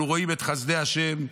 אנחנו רואים את חסדי השם.